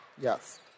Yes